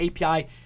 API